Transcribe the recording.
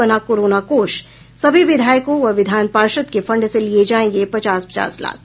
बना कोरोना कोष सभी विधायकों व विधान पार्षद के फंड से लिये जायेंगे पचास पचास लाख